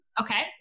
Okay